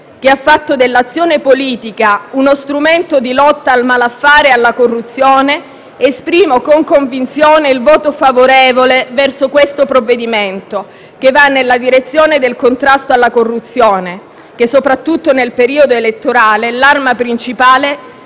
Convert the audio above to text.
che ha fatto dell'azione politica uno strumento di lotta al malaffare e alla corruzione, esprimo con convinzione il voto favorevole su questo provvedimento, che va nella direzione del contrasto alla corruzione, che soprattutto nel periodo elettorale è l'arma principale